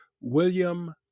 William